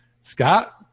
Scott